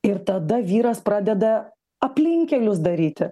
ir tada vyras pradeda aplinkelius daryti